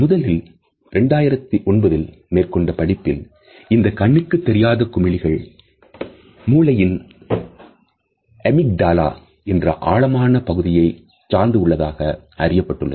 முதலில் 2009ல் மேற்கொண்ட படிப்பில் இந்த கண்ணுக்குத் தெரியாத குமிழிகள் மூளையின் ஏமிக்டாலா என்ற ஆழமான பகுதியை சார்ந்து உள்ளதாக அறியப்பட்டுள்ளது